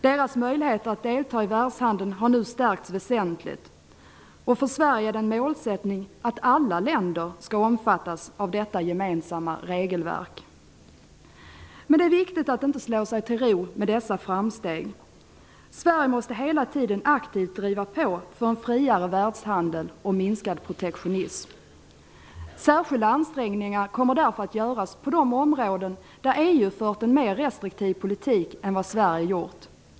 Deras möjlighet att delta i världshandeln har nu stärkts väsentligt. För Sverige är det en målsättning att alla länder skall omfattas av detta gemensamma regelverk. Men det är viktigt att inte slå sig till ro med dessa framsteg. Sverige måste hela tiden aktivt driva på för en friare världshandel och minskad protektionism. Särskilda ansträngningar kommer därför att göras på de områden där EU fört en mer restriktiv politik än vad Sverige gjort.